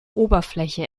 oberfläche